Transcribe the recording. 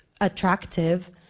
attractive